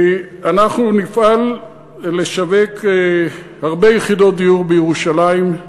אנחנו נפעל לשווק הרבה יחידות דיור בירושלים,